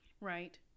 Right